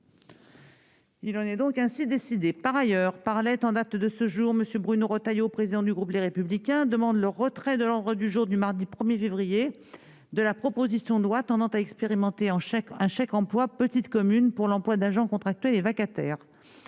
Il en est ainsi décidé. Par ailleurs, par lettre en date de ce jour, M. Bruno Retailleau, président du groupe Les Républicains, demande le retrait de l'ordre du jour du mardi 1 février de la proposition de loi tendant à expérimenter un chèque emploi petites communes pour l'emploi d'agents contractuels et vacataires.